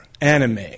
Anime